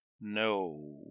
No